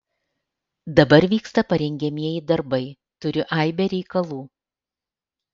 dabar vyksta parengiamieji darbai turiu aibę reikalų